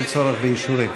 אין צורך באישורים.